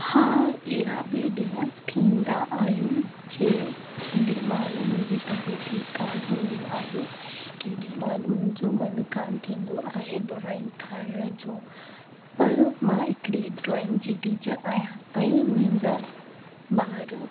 हा अहिड़ा बि ॾींहं थींदा आहिनि जे जेॾीमहिल मुंहिंजी तबियतु ठीकु कोन्ह हूंदी आहे केॾीमहिल मुंहिंजो मन थींदो आहे ड्रॉइंग करण जो पर मां हिकिड़ी ड्रॉइंग जी टीचर आहियां ऐं मुंहिंजा ॿाहिरि